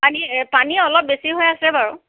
পানী পানী অলপ বেছি হৈ আছে বাৰু